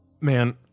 Man